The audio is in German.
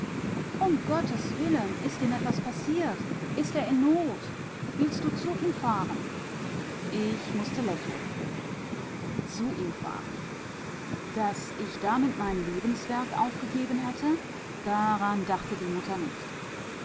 um gottes willen ist ihm etwas passiert ist er in not willst du zu ihm fahren ich mußte lächeln zu ihm fahren daß ich damit mein lebenswerk aufgegeben hätte daran dachte die mutter